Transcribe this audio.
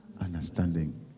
Understanding